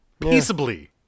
peaceably